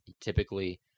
typically